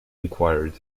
enquired